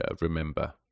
remember